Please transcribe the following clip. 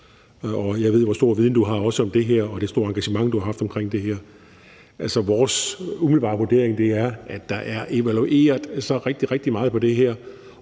Jeg ved, hvor stor viden du har om også det her, og kender det store engagement, du har haft omkring det her. Vores umiddelbare vurdering er, at der er evalueret rigtig, rigtig meget på det her,